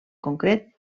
concret